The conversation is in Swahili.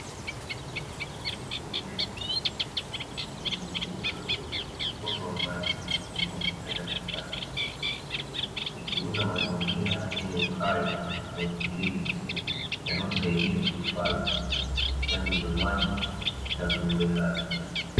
Msitu mnene umezunguka mkondo wa maji unaopita katikati, ikiunda mazingira yenye uhai na utulivu yanayosaidia kuhifadhi vyanzo vya maji na viumbe hai.